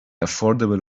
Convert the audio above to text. affordable